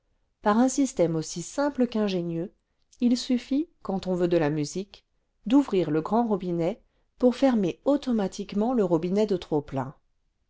par un système aussi simple qu'ingénieux il suffît quand on veut de la musique d'ouvrir le grand robinet pour fermer automatiquement le robinet de trop-plein